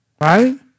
Right